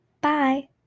Bye